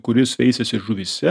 kuris veisiasi žuvyse